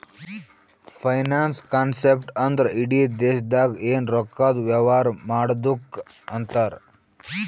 finance concept ಅಂದ್ರ ಇಡಿ ದೇಶ್ದಾಗ್ ಎನ್ ರೊಕ್ಕಾದು ವ್ಯವಾರ ಮಾಡದ್ದುಕ್ ಅಂತಾರ್